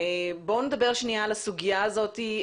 בוא נדבר על הסוגיה הזאת.